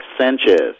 Sanchez